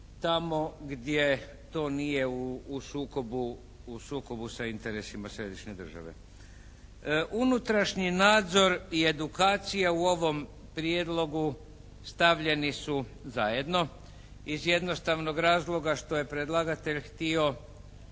Tamo gdje to nije u sukobu sa interesima središnje države. Unutrašnji nadzor i edukacija u ovom Prijedlogu stavljeni su zajedno iz jednostavnog razloga što je predlagatelj htio